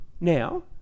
now